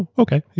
okay.